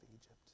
egypt